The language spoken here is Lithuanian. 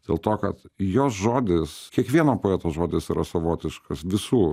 dėl to kad jo žodis kiekvieno poeto žodis yra savotiškas visų